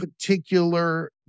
particular